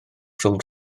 rhwng